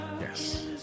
yes